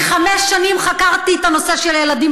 כי חמש שנים חקרתי את הנושא של ילדים